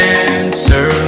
answer